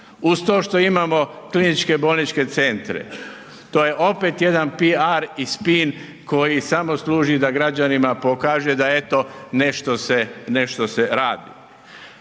uz to što imamo kliničke bolničke centre. To je opet jedan PR i spin koji samo služi da građanima pokaže da eto nešto se radi.